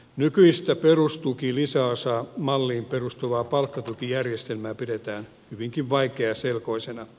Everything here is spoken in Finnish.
nykyistä perustuki lisäosamalliin perustuvaa palkkatukijärjestelmää pidetään hyvinkin vaikeaselkoisena